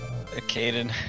Caden